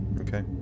Okay